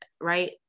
right